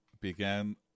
began